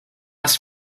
ask